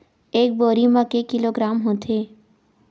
एक बोरी म के किलोग्राम होथे?